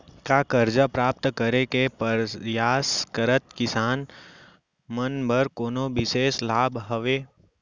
का करजा प्राप्त करे के परयास करत किसान मन बर कोनो बिशेष लाभ हवे?